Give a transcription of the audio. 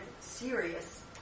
serious